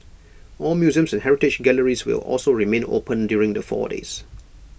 all museums and heritage galleries will also remain open during the four days